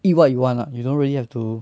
eat what you want lah you don't really have to